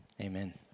amen